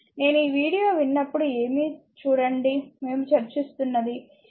నేను ఈ వీడియో విన్నప్పుడు ఏమి చూడండి మేము చర్చిస్తున్నది సరే